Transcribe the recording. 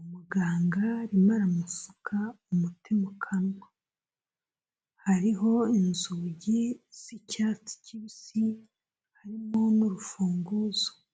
umuganga arimo aramusuka umuti mu kanwa, hariho inzugi z'icyatsi kibisi harimo n'urufunguzo.